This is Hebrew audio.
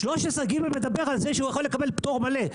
13ג מדבר על זה שהוא יכול לקבל פטור מלא.